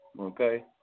okay